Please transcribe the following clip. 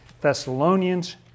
Thessalonians